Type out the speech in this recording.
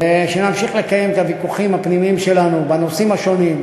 ושנמשיך לקיים את הוויכוחים הפנימיים שלנו בנושאים השונים,